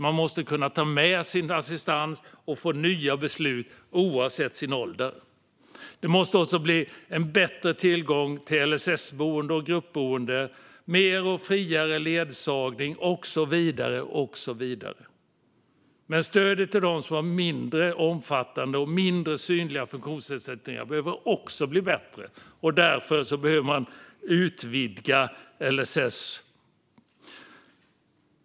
Man måste kunna ta med sin assistans och få nya beslut oavsett sin ålder. Det måste också finnas bättre tillgång till LSS och gruppboenden, mer och friare ledsagning och så vidare. Även stödet till dem som har mindre omfattande och mindre synliga funktionsnedsättningar behöver bli bättre. Därför behöver man utvidga LSS.